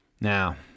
now